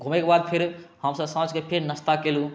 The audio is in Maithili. घूमय के बाद फेर हमसब साँझके फेर नास्ता केलहुॅं